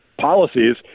policies